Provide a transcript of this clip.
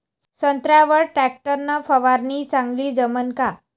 संत्र्यावर वर टॅक्टर न फवारनी चांगली जमन का?